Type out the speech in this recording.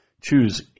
Choose